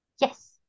Yes